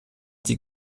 die